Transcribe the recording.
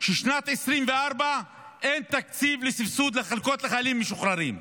שבשנת 2024 אין תקציב לסבסוד חלקות לחיילים משוחררים,